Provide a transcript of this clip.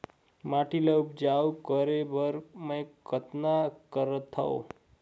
माटी ल उपजाऊ करे बर मै कतना करथव?